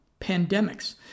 pandemics